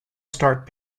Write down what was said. start